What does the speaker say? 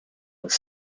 was